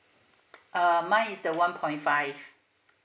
uh mine is the one point five